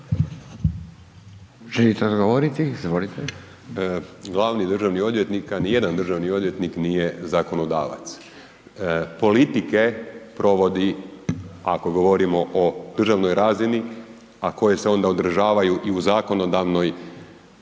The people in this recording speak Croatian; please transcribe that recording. Dražen** …/Govornik se ne razumije/…odvjetnika nijedan državni odvjetnik nije zakonodavac. Politike provodi, ako govorimo o državnoj razini, a koje se onda odražavaju i u zakonodavnoj,